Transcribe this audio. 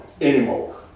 anymore